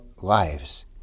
lives